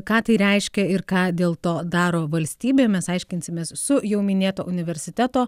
ką tai reiškia ir ką dėl to daro valstybė mes aiškinsimės su jau minėto universiteto